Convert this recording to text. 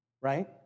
Right